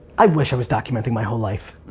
i wish i was documenting my whole life.